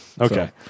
Okay